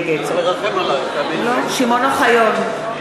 נגד שמעון אוחיון,